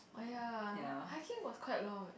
oh ya hiking was quite long eh